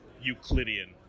euclidean